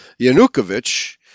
Yanukovych